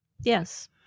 Yes